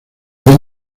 bien